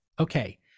okay